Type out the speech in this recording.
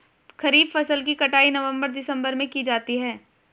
खरीफ फसल की कटाई नवंबर दिसंबर में की जाती है